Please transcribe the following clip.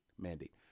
mandate